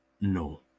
No